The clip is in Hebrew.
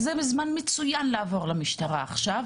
אז זה זמן מצוין לעבור למשטרה עכשיו,